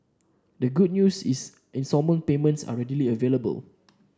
the good news is instalment payments are readily available